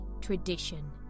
tradition